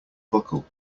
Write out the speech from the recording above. buckle